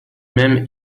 même